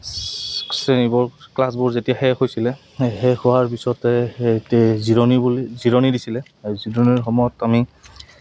শ্ৰেণীবোৰ ক্লাছবোৰ যেতিয়া শেষ হৈছিলে সেই শেষ হোৱাৰ পিছতেই জিৰণি বুলি জিৰণি দিছিলে আৰু জিৰণিৰ সময়ত আমি